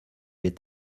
est